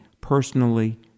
personally